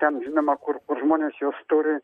ten žinoma kur kur žmonės juos turi